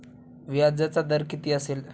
व्याजाचा दर किती असेल?